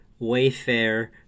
Wayfair